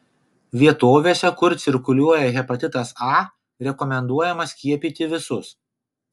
vietovėse kur cirkuliuoja hepatitas a rekomenduojama skiepyti visus